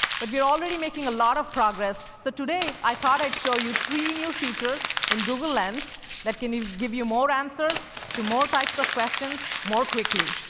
but we're already making a lot of progress, so today i thought i'd show you three new features in google lens that can give you more answers to more types of questions, more quickly.